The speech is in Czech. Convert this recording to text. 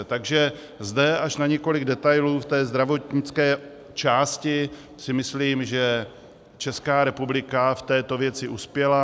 Takže zde až na několik detailů v té zdravotnické části si myslím, že Česká republika v této věci uspěla.